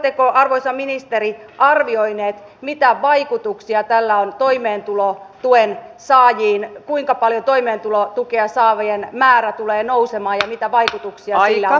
oletteko arvoisa ministeri arvioinut mitä vaikutuksia tällä on toimeentulotuen saajiin kuinka paljon toimeentulotukea saavien määrä tulee nousemaan ja mitä vaikutuksia sillä on kunnille